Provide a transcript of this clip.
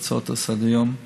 להצעות לסדר-יום.